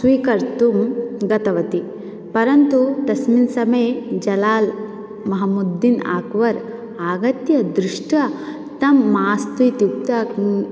स्वीकर्तुं गतवती परन्तु तस्मिन् समये जलाल् मोहम्मुद्दीन् अकबर् आगत्य दृष्ट्वा तं मास्तु इति उक्त्वा